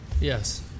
Yes